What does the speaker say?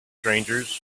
strangers